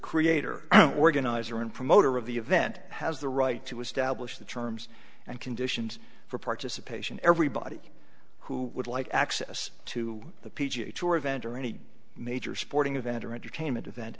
creator organizer and promoter of the event has the right to establish the terms and conditions for participation everybody who would like access to the p g a tour event or any major sporting event or entertainment event